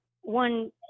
one –